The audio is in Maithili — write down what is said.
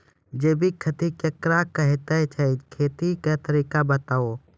जैबिक खेती केकरा कहैत छै, खेतीक तरीका बताऊ?